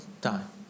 time